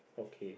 okay